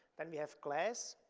then we have glass,